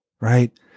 right